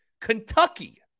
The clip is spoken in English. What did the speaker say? Kentucky